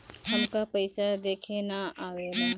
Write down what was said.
हमका पइसा देखे ना आवेला?